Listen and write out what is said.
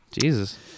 Jesus